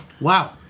Wow